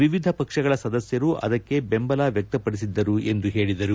ವಿವಿಧ ಪಕ್ಷಗಳ ಸದಸ್ಯರು ಅದಕ್ಕೆ ಬೆಂಬಲ ವ್ಯಕ್ತಪಡಿಸಿದ್ದರು ಎಂದು ಹೇಳಿದರು